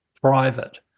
private